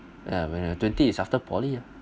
ya when I twenty is after poly ah